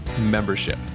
membership